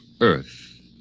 Earth